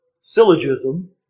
syllogism